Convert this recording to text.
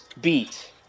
beat